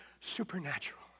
supernatural